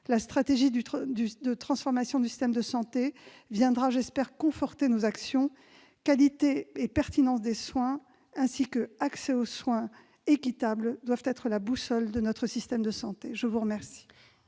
La stratégie de transformation du système de santé que nous lançons viendra, j'espère, conforter nos actions. Qualité et pertinence des soins, ainsi qu'accès aux soins équitable, doivent être la boussole de notre système de santé ! La parole